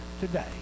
today